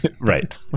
Right